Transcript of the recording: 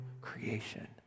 creation